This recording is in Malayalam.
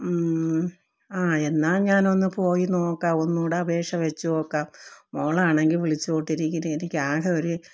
ആ എന്നാല് ഞാനൊന്ന് പോയി നോക്കാം ഒന്നുകൂടെ അപേക്ഷ വച്ചു നോക്കാം മോളാണെങ്കില് വിളിച്ചോണ്ട് ഇരിക്കുന്നു എനിക്കാകെ ഒരു